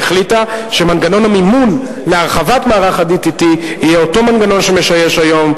והחליטה שמנגנון המימון להרחבת מערך ה-DTT יהיה אותו מנגנון שמשמש כיום,